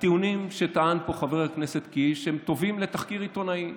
הטיעונים שטען פה חבר הכנסת קיש הם טובים לתחקיר עיתונאי.